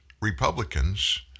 Republicans